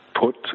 put